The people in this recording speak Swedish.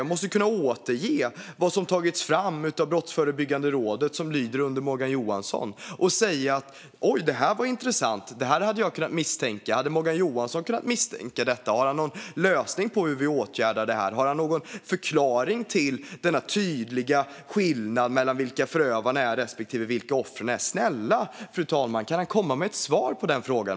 Jag måste kunna återge vad Brottsförebyggande rådet, som lyder under Morgan Johansson, har tagit fram. Jag måste kunna säga att det är intressant och något som jag hade kunnat misstänka. Jag måste kunna fråga om Morgan Johansson hade kunnat misstänka det och om han har någon lösning på hur det ska åtgärdas, någon förklaring till denna tydliga skillnad mellan vilka förövarna respektive offren är. Snälla fru talman, kan Morgan Johansson komma med ett svar på den frågan?